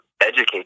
educate